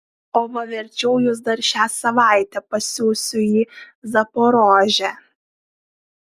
o va verčiau jus dar šią savaitę pasiųsiu į zaporožę